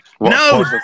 No